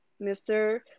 Mr